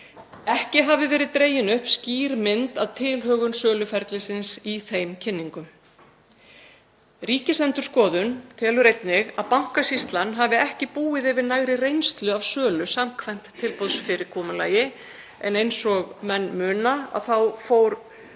Ekki hafi verið dregin upp skýr mynd af tilhögun söluferlisins í þeim kynningum. Ríkisendurskoðun telur einnig að Bankasýslan hafi ekki búið yfir nægri reynslu af sölu samkvæmt tilboðsfyrirkomulagi — en eins og menn muna fór fyrsti